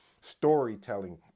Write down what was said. storytelling